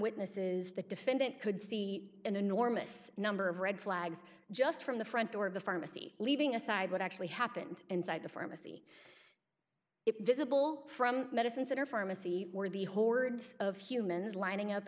witnesses the defendant could see an enormous number of red flags just from the front door of the pharmacy leaving aside what actually happened inside the pharmacy it visible from medicines that are pharmacy for the hordes of humans lining up